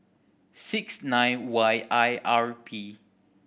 six nine Y I R P